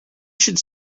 should